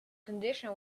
condition